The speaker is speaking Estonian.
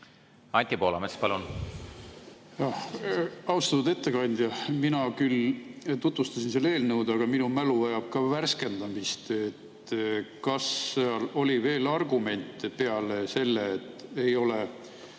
Anti Poolamets, palun! Austatud ettekandja! Mina küll tutvustasin seda eelnõu, aga minu mälu vajab ka värskendamist. Kas oli veel argumente peale selle, et ei ole